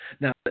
Now